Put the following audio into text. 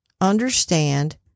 understand